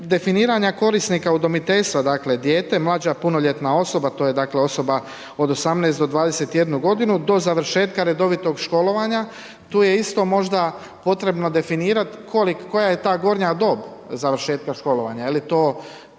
definiranja korisnika udomiteljstva dakle dijete, mlađa punoljetna osoba, to je dakle osoba od 18 do 21 g., do završetka redovitog školovanja, tu je isto možda potrebno definirati koja je ta gornja dob završetka školovanja,